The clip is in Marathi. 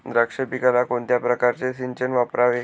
द्राक्ष पिकाला कोणत्या प्रकारचे सिंचन वापरावे?